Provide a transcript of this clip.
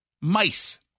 Mice